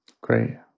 Great